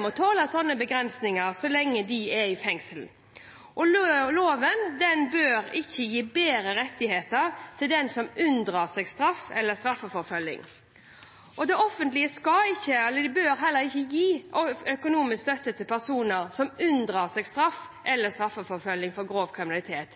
må tåle slike begrensninger så lenge de er i fengsel. Loven bør ikke gi bedre rettigheter til den som unndrar seg straff eller straffeforfølging. Det offentlige skal ikke – og bør heller ikke – gi økonomisk støtte til personer som unndrar seg straff eller straffeforfølging for grov kriminalitet,